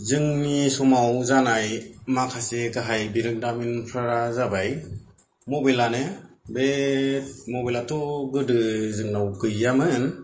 जोंनि समाव जानाय माखासे गाहाय बिरोंदामिनफोरा जाबाय मबेलानो बे मबेलाथ' गोदो जोंनाव गैयामोन